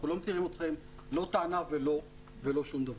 אנחנו לא מכירים אתכם, לא את הענף ולא שום דבר.